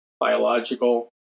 biological